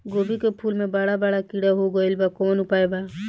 गोभी के फूल मे बड़ा बड़ा कीड़ा हो गइलबा कवन उपाय बा?